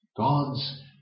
God's